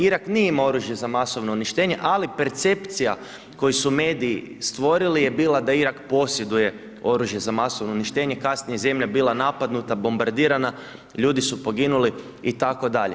Irak nije imao oružje za masovno uništenje, ali percepcija koji su mediji stvorili je bila da Irak posjeduje oružje za masovno uništenje, kasnije je zemlja bila napadnuta, bombardirana, ljudi su poginuli itd.